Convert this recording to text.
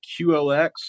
QLX